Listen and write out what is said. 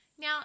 Now